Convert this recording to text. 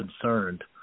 concerned